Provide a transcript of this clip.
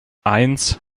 eins